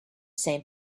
same